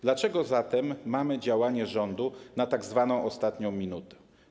Dlaczego zatem mamy działanie rządu na tzw. ostatnią minutę?